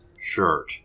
shirt